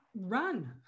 run